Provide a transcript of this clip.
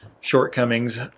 shortcomings